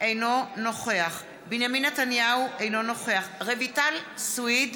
אינו נוכח בנימין נתניהו, אינו נוכח רויטל סויד,